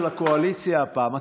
של הקואליציה הפעם,